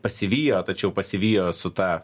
pasivijo tačiau pasivijo su ta